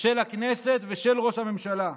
של הכנסת ושל ראש הממשלה.